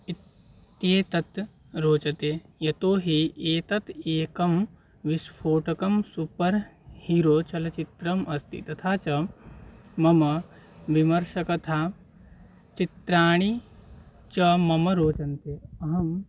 इत्येतत् रोचते यतोहि एतत् एकं विस्फोटकं सुपर् हीरो चलचित्रम् अस्ति तथा च मम विमर्शकता चित्राणि च मम रोचन्ते अहं